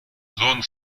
zone